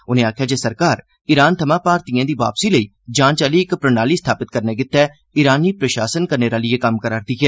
उनें आखेआ जे सरकार ईरान थमां भारतीयें दी वापसी लेई जांच आहली इक प्रणाली स्थापित करने लेई ईरानी प्रशासन कन्नै रलियै कम्म करा' रदी ऐ